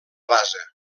base